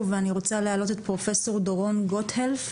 ואני רוצה להעלות את פרופסור דורון גוטהלף,